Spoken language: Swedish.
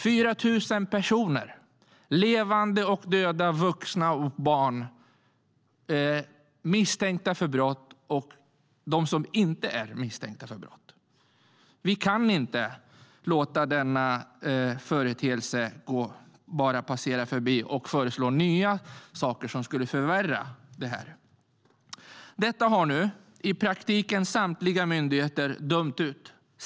4 000 personer, levande och döda, vuxna och barn, var både misstänkta och inte misstänkta för brott. Vi kan inte låta denna företeelse passera obemärkt och föreslå nya saker som skulle förvärra det hela. Detta agerande har nu i praktiken samtliga myndigheter dömt ut.